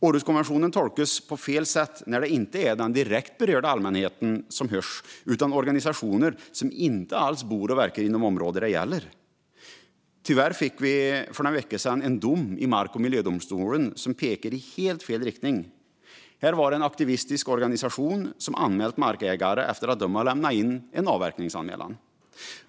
Århuskonventionen tolkas på fel sätt när det inte är den direkt berörda allmänheten som hörs utan organisationer som inte alls bor och verkar inom det aktuella området. Tyvärr fick vi för någon vecka sedan en dom i Mark och miljööverdomstolen som pekar i helt fel riktning. Här var det en aktivistisk organisation som hade anmält markägarna efter att de lämnat in en avverkningsanmälan.